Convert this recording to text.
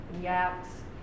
yaks